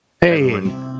Hey